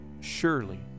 Surely